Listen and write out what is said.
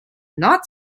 not